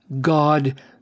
God